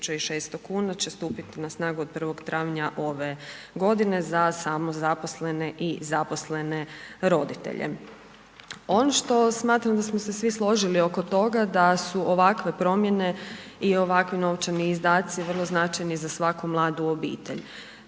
5600 kn će stupiti od 1. travnja ove godine za samozaposlene i zaposlene roditelje. Ono što smatram da smo se svi složili oko toga da su ovakve promjene i ovakvi novčani izdaci vrlo značajni za svaku mladu obitelj.